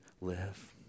live